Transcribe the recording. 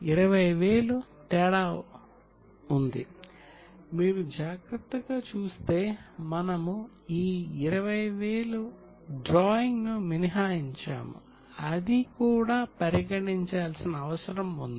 కాబట్టి మనము ఇంకా లాభాలను జోడించలేదు